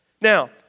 Now